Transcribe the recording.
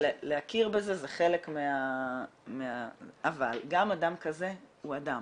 ולהכיר בזה זה חלק ה- -- אבל גם אדם כזה הוא אדם